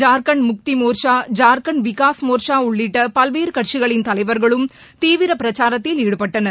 ஜார்க்கண்ட் முக்திமோர்ச்சா ஜார்க்கண்ட் விகாஸ் மோர்ச்சாஉள்ளிட்டபல்வேறுகட்சிகளின் தலைவர்களும் தீவிரபிரச்சாரத்தில் ஈடுபட்டனர்